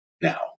now